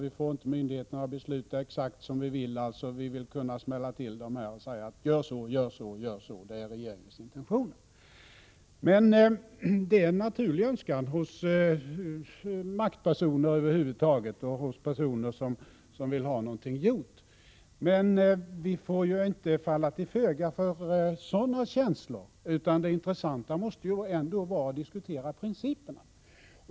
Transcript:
Vi får inte myndigheterna att besluta exakt som vi vill. Vi vill kunna smälla till dem och säga: Gör så! Gör så! Det är regeringens intentioner! Det är en naturlig önskan hos maktpersoner över huvud taget och hos personer som vill ha någonting gjort. Men vi får ju inte falla till föga för sådana känslor, utan det intressanta måste ändå vara att diskutera principerna.